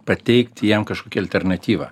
pateikti jiem kažkokią alternatyvą